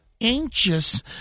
anxious